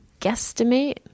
guesstimate